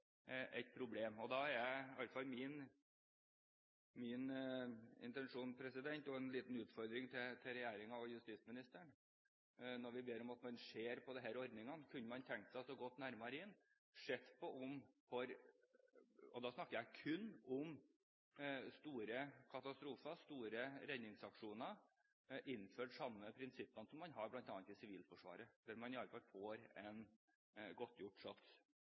et problem. Da er i alle fall min intensjon, og en liten utfordring til regjeringen og justisministeren, når vi ber om at man ser på disse ordningene: Kunne man tenke seg å gå nærmere inn og se på – og da snakker jeg kun om store katastrofer, store redningsaksjoner – å innføre de samme prinsippene som man har bl.a. i Sivilforsvaret, der man i alle fall får en